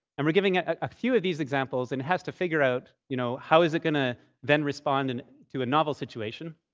and we're giving it a few of these examples. and it has to figure out, you know how is it going to then respond and to a novel situation?